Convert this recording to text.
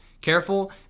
Careful